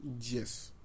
Yes